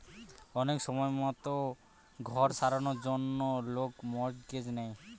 অনেক সময়তো ঘর সারানোর জন্য লোক মর্টগেজ নেয়